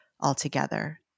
altogether